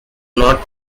not